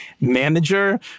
manager